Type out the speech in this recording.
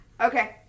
Okay